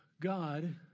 God